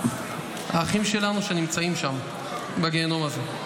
האחים שלנו, שנמצאים שם בגיהינום הזה.